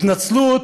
התנצלות